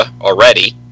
already